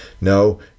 No